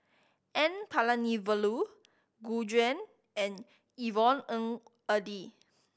N Palanivelu Gu Juan and Yvonne Ng Uhde